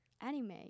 anime